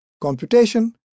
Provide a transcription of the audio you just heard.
computation